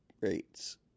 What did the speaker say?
rates